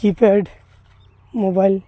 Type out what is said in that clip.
keypad mobile